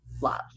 love